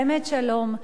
באמת, שלום.